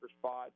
spot